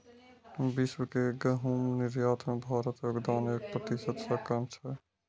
विश्व के गहूम निर्यात मे भारतक योगदान एक प्रतिशत सं कम छै